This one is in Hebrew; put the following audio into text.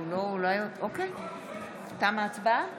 תמה ההצבעה.